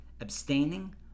abstaining